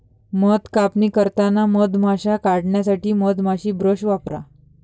मध कापणी करताना मधमाश्या काढण्यासाठी मधमाशी ब्रश वापरा